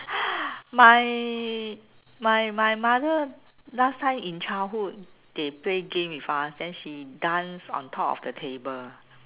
my my my mother last time in childhood they play game with us then she dance on top of the table